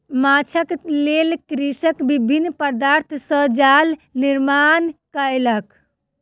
माँछक लेल कृषक विभिन्न पदार्थ सॅ जाल निर्माण कयलक